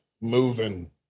moving